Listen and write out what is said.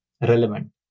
relevant